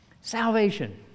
Salvation